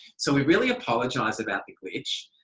so we really apologise about the glitch.